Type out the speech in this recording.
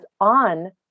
on